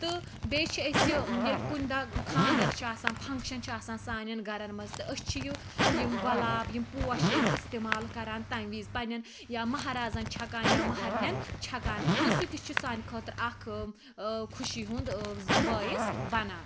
تہٕ بیٚیہِ چھِ أسۍ یہِ ییٚلہِ کُنہِ دۄہ خانٛدَر چھُ آسان فنٛکشَن چھُ آسان سانٮ۪ن گَرَن مَنٛز تہٕ أسۍ چھِ یم گۄلاب یِم پوش چھِ أسی اِستعمال کَران تمہِ وِز پَننٮ۪ن یا مَہرازَن چھَکان یا مَہرنٮ۪ن چھَکان تہٕ سُہ تہِ چھُ سانہٕ خٲطرٕ اکھ خُوشی ہُنٛد باعث بَنان